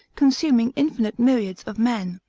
consuming infinite myriads of men.